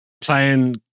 playing